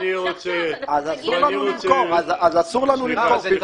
אז אסור לנו למכור.